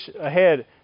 ahead